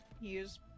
use